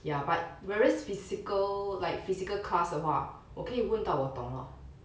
ya but whereas physical like physical class 的话我可以问到我懂了